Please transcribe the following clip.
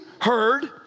heard